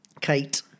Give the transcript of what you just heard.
Kate